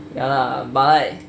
ya lah but like